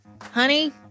Honey